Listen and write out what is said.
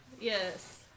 Yes